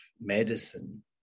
medicine